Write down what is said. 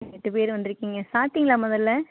எட்டு பேர் வந்துருக்கீங்க சாப்பிட்டீங்களா முதல்ல